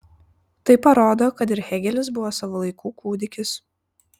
tai parodo kad ir hėgelis buvo savo laikų kūdikis